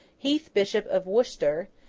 heath bishop of worcester,